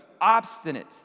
obstinate